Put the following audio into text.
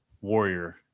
warrior